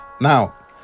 now